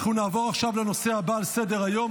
אנחנו נעבור עכשיו לנושא הבא על סדר-היום,